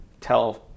tell